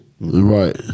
right